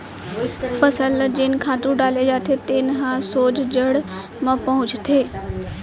फसल ल जेन खातू डाले जाथे तेन ह सोझ जड़ म पहुंचथे